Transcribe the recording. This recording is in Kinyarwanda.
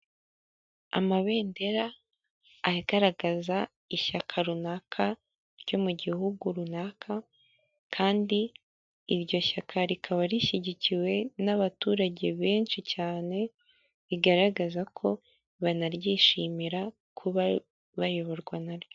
Amabendera agaragaza ishyaka runaka ryo mu gihugu runaka, kandi iryo shyaka rikaba rishyigikiwe n'abaturage benshi cyane. Bigaragaza ko banaryishimira kuba bayoborwa naryo.